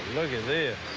look at this.